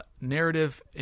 narrative